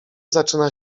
zaczyna